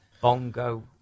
Bongo